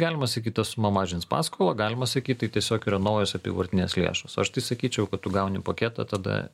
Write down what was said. galima sakyt ta suma mažins paskolą galima sakyt tai tiesiog yra naujos apyvartinės lėšos aš tai sakyčiau kad tu gauni paketą tada